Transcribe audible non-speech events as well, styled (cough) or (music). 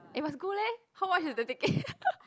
eh must go leh how much is the ticket (laughs)